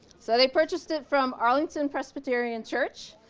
so they purchased it from arlington presbyterian church.